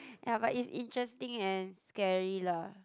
ya but it's interesting and scary lah